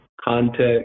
context